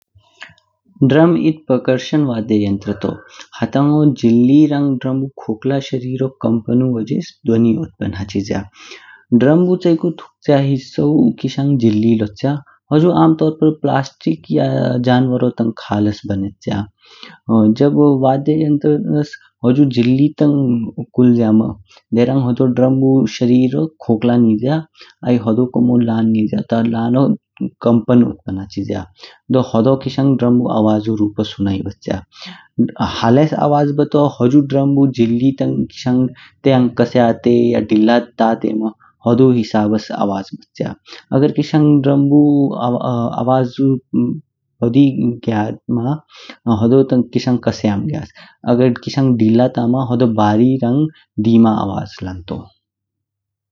ढ्रम् एध पकार्शन वाद्य यन्त्र तऊ, हताइओं जिल्ली रंग ढ्रमु खोक्ह्ला शारीरो कअप्नु वजे ध्वनि उत्पन हाचीज्या। ढ्रमु च्यिकू थुक्च्या हिस्साु किशांग जिल्ली लोच्य। हुजु आम तोर प्रर प्लास्टिक, या जानवारो तंग खल्स बनेच्या। जब वाद्य यन्त्रस हुजु जिल्ली तंग कुल्ज्या मम् देहरंग ढ्रम मऊ शरीर खोक्ह्ला नज्या आई होड़ो कोमो लान निज्या, दू लानो कम्पन उत्पन हाचिज्या, दू होड़ो किशांग ढ्रम आवाजु रूपो सुनाई बच्य। हालेस आवाज बताओ होड़ो ढ्रम जिल्ली तंग किशांग तयांग क्सयाते या दिल्ला ताते मम् होड़ो हिसब्स आवाज बच्य। यदि किशांग ढ्रमुु आवाजु बोडीय ग्यामा हुड़ु किशांग कास्यम ग्याच। यदि किशांग दिल्ला तम होड़ो बारी रंग दीमा आवाज लान्तो।